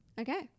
Okay